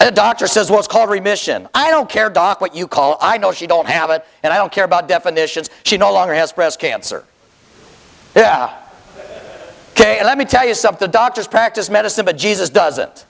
a doctor says what's called remission i don't care doc what you call i know she don't have it and i don't care about definitions she no longer has breast cancer ok let me tell you something doctors practice medicine but jesus does